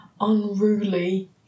unruly